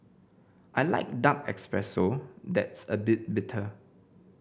I like dark espresso that's a bit bitter